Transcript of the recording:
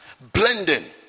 Blending